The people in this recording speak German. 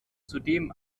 zudem